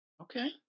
Okay